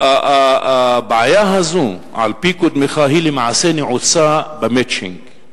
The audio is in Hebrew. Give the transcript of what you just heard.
על-פי קודמך, הבעיה הזאת נעוצה למעשה ב"מצ'ינג".